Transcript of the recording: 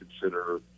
consider